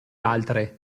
altre